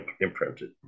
imprinted